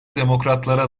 demokratlara